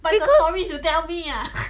because